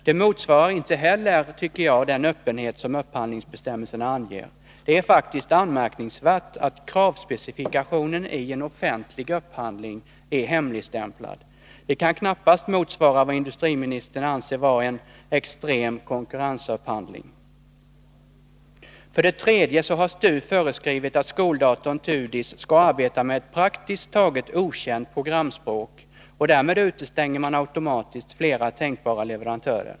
Det motsvarar inte heller den öppenhet som upphandlingsbestämmelserna anger. Det är faktiskt anmärkningsvärt att kravspecifikationen i en offentlig upphandling är hemligstämplad. Det kan knappast motsvara vad industriministern anser vara ”en extrem konkurrensupphandling”. För det tredje har STU föreskrivit att skoldatorn TUDIS skall arbeta med ett praktiskt taget okänt programspråk, och därmed utestänger man automatiskt flera tänkbara leverantörer.